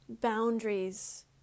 Boundaries